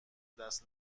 دست